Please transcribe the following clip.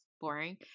boring